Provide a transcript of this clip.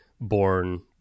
born